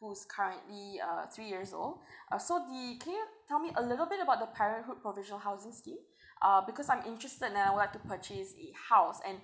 who's currently uh three years old uh so the can you tell me a little bit about the parenthood provisional housing scheme uh because I'm interested and I would to purchase a house and